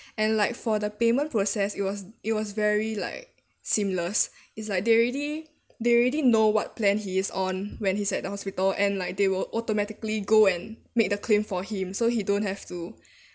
and like for the payment process it was it was very like seamless is like they already they already know what plan he is on when he's at the hospital and like they will automatically go and make the claim for him so he don't have to